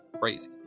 crazy